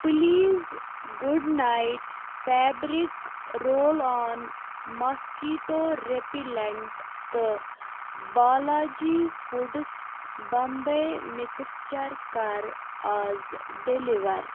please good night fabric roll on mosquito repellent تہٕ Balaji foods Bombay mixture کَر آز deliver